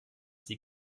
die